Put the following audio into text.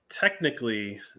Technically